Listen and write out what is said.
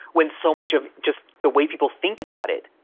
when so much of just the way people think about it,